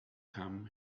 come